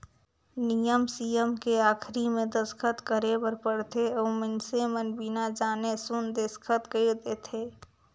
नियम सियम के आखरी मे दस्खत करे बर परथे अउ मइनसे मन बिना जाने सुन देसखत कइर देंथे